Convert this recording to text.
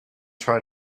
try